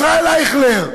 ישראל אייכלר.